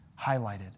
highlighted